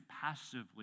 passively